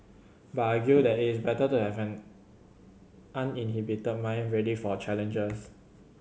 but I argue that it is better to have an uninhibited mind ready for challenges